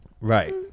Right